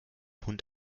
hund